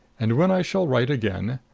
and when i shall write again,